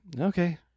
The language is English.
Okay